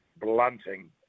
blunting